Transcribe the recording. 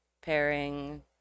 pairing